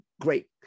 great